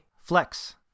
Flex